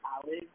college